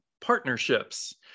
partnerships